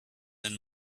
and